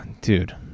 dude